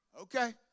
Okay